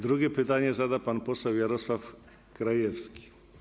Drugie pytanie zada pan poseł Jarosław Krajewski.